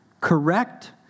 Correct